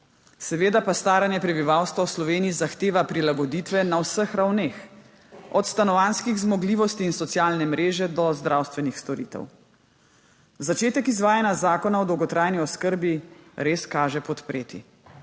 Seveda pa staranje prebivalstva v Sloveniji zahteva prilagoditve na vseh ravneh – od stanovanjskih zmogljivosti in socialne mreže do zdravstvenih storitev. Začetek izvajanja Zakona o dolgotrajni oskrbi res kaže podpreti.